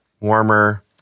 Warmer